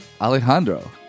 Alejandro